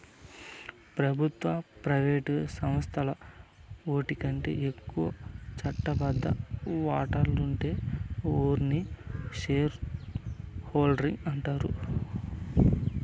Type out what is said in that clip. పెబుత్వ, ప్రైవేటు సంస్థల్ల ఓటికంటే ఎక్కువ చట్టబద్ద వాటాలుండే ఓర్ని షేర్ హోల్డర్స్ అంటాండారు